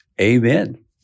amen